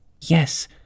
Yes